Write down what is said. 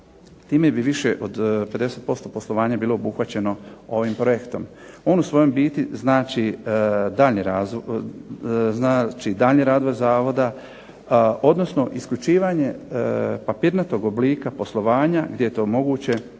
time bi više od 50% poslovanja bilo obuhvaćeno ovim projektom. On u svojem biti znači daljnji razvoj zavoda, odnosno isključivanje papirnatog oblika poslovanja gdje je to moguće,